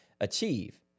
achieve